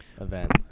event